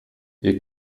ihr